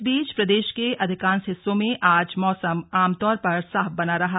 इस बीच प्रदेश के अधिकांश हिस्सों में आज मौसम आमतौर पर साफ बना रहा